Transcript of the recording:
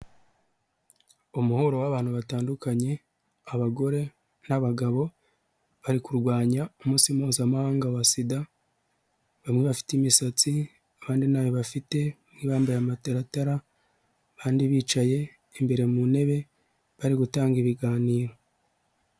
Umuhuro w'abantu batandukanye abagore, n'abagabo bari kurwanya umunsi mpuzamahanga wa SIDA bamwe bafite imisatsi, abandi ntayo bafite bamwe bambaye amataratara abandi bicaye imbere mu ntebe bari gutanga ibiganiro.